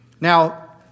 Now